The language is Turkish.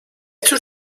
tür